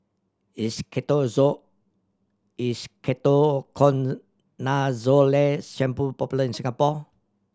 is is Ketoconazole Shampoo popular in Singapore